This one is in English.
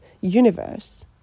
universe